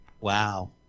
Wow